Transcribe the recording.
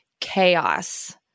chaos